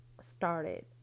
started